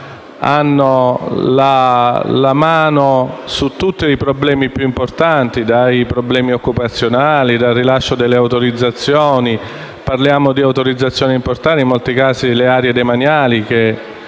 pongono mano a tutti i problemi più importanti, dalle questioni occupazionali al rilascio delle autorizzazioni: parliamo di autorizzazioni importanti, in molti casi quelle sulle aree demaniali,